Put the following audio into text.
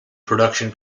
production